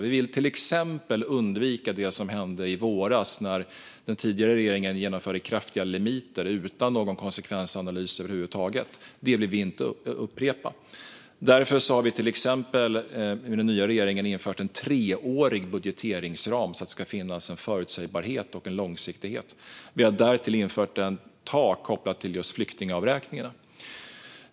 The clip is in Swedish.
Vi vill till exempel undvika det som hände i våras när den tidigare regeringen genomförde kraftiga limiter utan någon konsekvensanalys över huvud taget. Detta vill vi inte upprepa. Därför har regeringen infört en treårig budgeteringsram så att det ska finnas en förutsägbarhet och en långsiktighet. Vi har därtill infört ett tak kopplat till just flyktingavräkningarna.